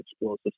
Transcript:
explosive